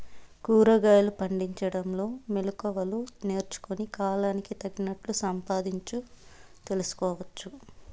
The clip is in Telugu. కూరగాయలు పండించడంలో మెళకువలు నేర్చుకుని, కాలానికి తగినట్లు సంపాదించు తెలుసుకోవచ్చు